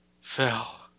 fell